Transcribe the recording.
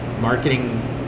marketing